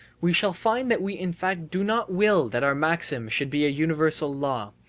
we shall find that we in fact do not will that our maxim should be a universal law,